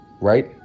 right